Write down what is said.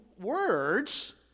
words